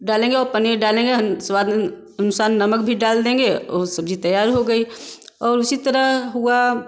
डालेंगे और पनीर डालेंगे और स्वाद अनुसार नमक भी डाल देंगे और सब्ज़ी तैयार हो गई और उसी तरह हुआ